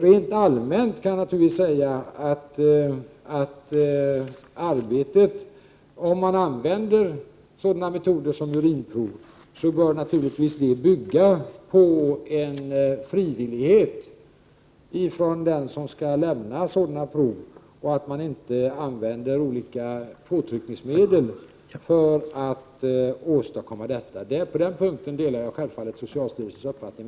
Rent allmänt kan jag naturligtvis säga att, om man använder sådana metoder som urinprovstagning bör det bygga på en frivillighet från den som skall lämna sådana prov. Olika påtryckningsmedel bör inte användas. På den punkten delar jag självfallet socialstyrelsens uppfattning.